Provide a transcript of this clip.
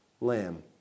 lamb